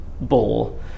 bull